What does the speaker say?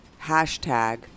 hashtag